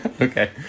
okay